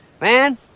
Man